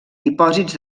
dipòsits